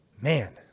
man